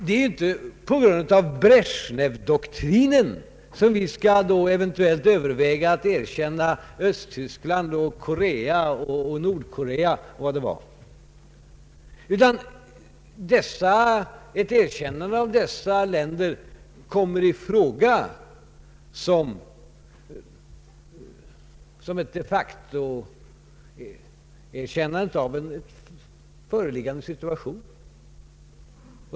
Det är inte på grund av Brezjnevdoktrinen vi skall överväga att erkänna bl.a. Östtyskland och Nordkorea. Ett erkännande av dessa länder kommer i fråga som ett de facto-erkännande av en föreliggande situation.